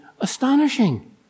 astonishing